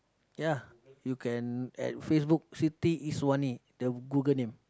ya you can at Facebook Siti Iswani the Google name